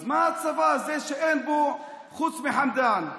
אז מה הצבא הזה שאין בו חוץ מחמדאן?